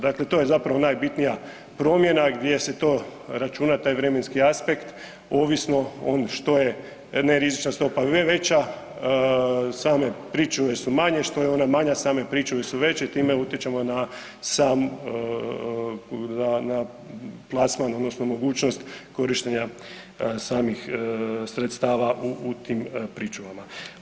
Dakle, to je zapravo najbitnija promjena gdje se to računa taj vremenski apsekt ovisno on što je nerizična stopa veća same pričuve su manje, što je ona manje same pričuve su veće i time utječemo na sam, na plasman odnosno mogućnost korištenja samih sredstava u tim pričuvama.